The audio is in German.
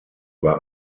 war